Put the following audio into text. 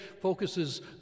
focuses